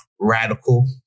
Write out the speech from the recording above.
radical